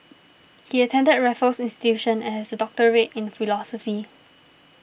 he attended Raffles Institution and has a doctorate in philosophy